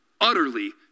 Utterly